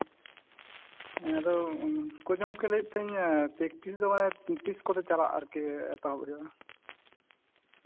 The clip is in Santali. ᱟᱫᱚ ᱜᱚᱢᱠᱮ ᱞᱟᱹᱭᱮᱫ ᱛᱟᱦᱮᱱᱤᱧ ᱯᱨᱮᱠᱴᱤᱥ ᱫᱚ ᱪᱟᱞᱟᱜ ᱛᱤᱥ ᱠᱚᱛᱮ ᱮᱛᱚᱦᱚᱵ ᱦᱩᱭᱩᱜᱼᱟ